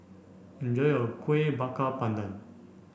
enjoy your Kueh Bakar Pandan